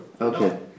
okay